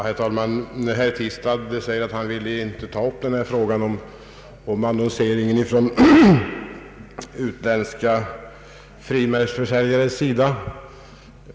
Herr talman! Herr Tistad säger, att han med tanke på utskottets status inte vill ta upp frågan om annonsering från utländska frimärkesförsäljares sida.